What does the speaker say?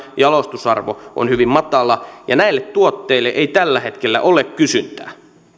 jalostusarvo on hyvin matala ja näille tuotteille ei tällä hetkellä ole kysyntää